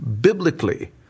biblically